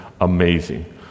amazing